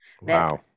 Wow